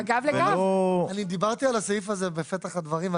אני דיברתי על הסעיף הזה בפתח הדברים.